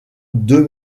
deux